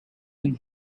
been